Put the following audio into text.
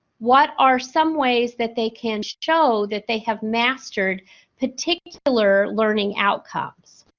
what are some ways that they can show that they have mastered particular learning outcomes?